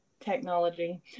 technology